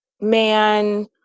man